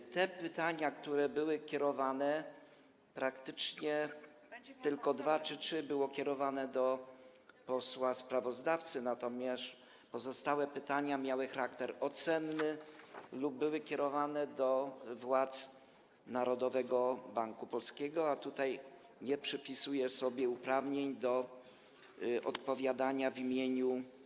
Jeśli chodzi o te pytania, które były kierowane, to praktycznie tylko dwa czy trzy były kierowane do posła sprawozdawcy, natomiast pozostałe pytania miały charakter ocenny lub były kierowane do władz Narodowego Banku Polskiego, a nie przypisuję sobie uprawnień do odpowiadania w ich imieniu.